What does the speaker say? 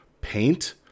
paint